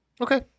Okay